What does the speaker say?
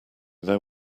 there